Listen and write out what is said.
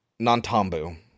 Nantambu